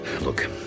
Look